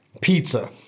pizza